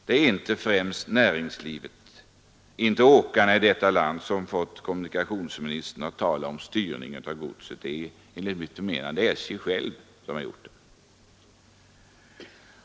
Det är inte främst näringslivet, inte åkarna i detta land, som fått kommunikationsministern att tala om styrning av godset; det är enligt mitt förmenande SJ självt som har gjort det.